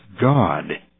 God